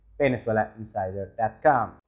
VenezuelaInsider.com